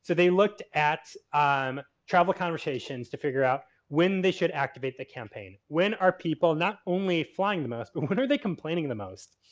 they looked at um travel conversations to figure out when they should activate the campaign. when are people not only flying the most, but what are they complaining the most?